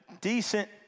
decent